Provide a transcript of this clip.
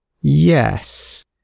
Yes